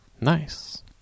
nice